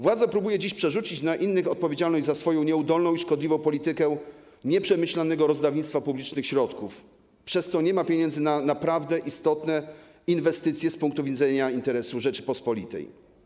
Władza próbuje dziś przerzucić na innych odpowiedzialność za swoją nieudolną i szkodliwą politykę nieprzemyślanego rozdawnictwa publicznych środków, przez co nie ma pieniędzy na naprawdę istotne inwestycje z punktu widzenia interesu Rzeczypospolitej.